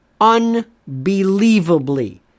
Unbelievably